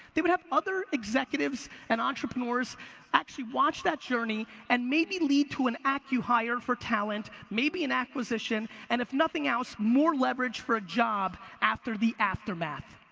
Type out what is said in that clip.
they would have other executives and entrepreneurs actually watch that journey and maybe lead to an acqui-hire for talent, maybe an acquisition, and if nothing else, more leverage for a job after the aftermath.